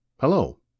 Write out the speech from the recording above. Hello